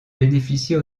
bénéficier